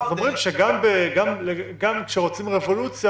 אומרים שגם כשרוצים רבולוציה,